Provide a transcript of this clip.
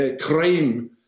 crime